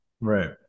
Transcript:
Right